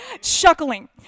chuckling